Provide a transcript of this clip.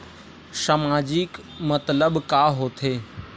सामाजिक मतलब का होथे?